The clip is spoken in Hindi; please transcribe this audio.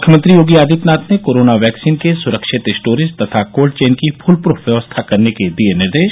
मुख्यमंत्री योगी आदित्यनाथ ने कोरोना वैक्सीन के सुरक्षित स्टोरेज तथा कोल्ड चेन की फूलप्रफ व्यवस्था करने के दिये निर्देश